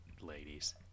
ladies